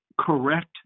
correct